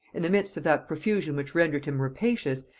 in the midst of that profusion which rendered him rapacious,